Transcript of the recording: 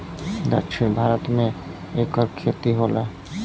दक्षिण भारत मे एकर खेती होला